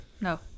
No